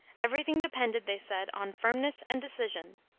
every thing depended, they said, on firmness and decision.